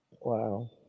Wow